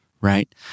Right